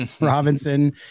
robinson